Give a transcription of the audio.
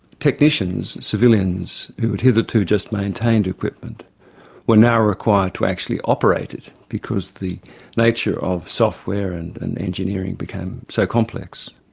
technicians, civilians who had hitherto just maintained equipment were now required to actually operate it because the nature of software and and engineering became so complex.